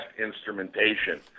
instrumentation